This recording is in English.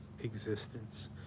existence